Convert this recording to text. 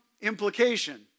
implication